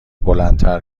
بلندتر